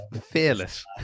fearless